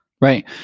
Right